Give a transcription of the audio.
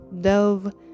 delve